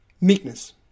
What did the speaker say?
meekness